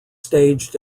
staged